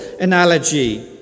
analogy